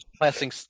passing